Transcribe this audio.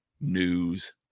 news